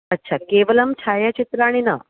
अच्छा केवलं छायाचित्राणि न